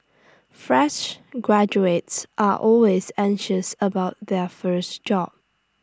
fresh graduates are always anxious about their first job